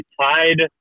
tied